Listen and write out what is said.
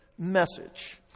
message